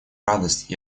радость